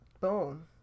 Boom